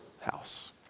house